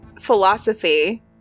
philosophy